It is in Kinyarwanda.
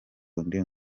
undi